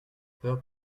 peur